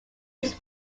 his